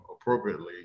appropriately